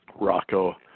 Rocco